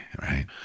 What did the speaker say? right